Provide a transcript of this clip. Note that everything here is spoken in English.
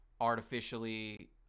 artificially